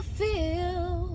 feel